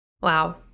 wow